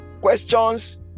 questions